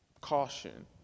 caution